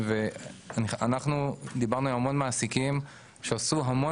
אנחנו דיברנו עם המון מעסיקים שעשו הרבה